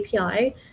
API